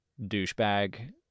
douchebag